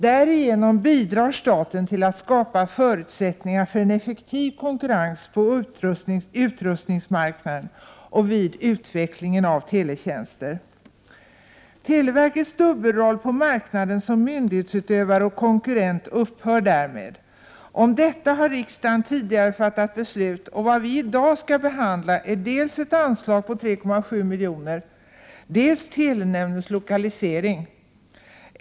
Därigenom bidrar staten till att skapa förutsättningar för en effektiv konkurrens på utrustningsmarknaden och vid utvecklingen av teletjänster. Televerkets dubbelroll på marknaden som myndighetsutövare och konkurrent upphör därmed. Om detta har riksdagen tidigare fattat beslut, och vad vi i dag skall behandla är dels ett anslag på 3,7 milj.kr., dels telenämndens lokalisering.